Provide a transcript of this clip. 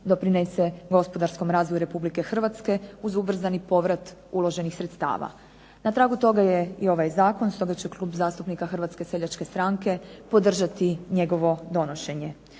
doprinese gospodarskom razvoju Republike Hrvatske, uz ubrzani povrat uloženih sredstava. Na tragu toga je i ovaj zakon, stoga će Klub zastupnika Hrvatske seljačke stranke podržati njegovo donošenje.